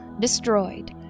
destroyed